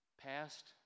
Past